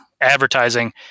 advertising